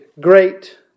great